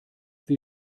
wie